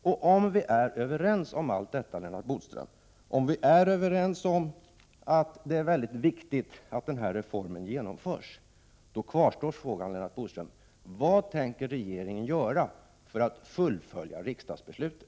Om vi är överens om allt detta, om vi är överens om att det är mycket viktigt att denna reform genomförs, då kvarstår frågan, Lennart Bodström: Vad tänker regeringen göra för att fullfölja riksdagsbeslutet?